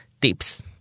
tips